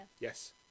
Yes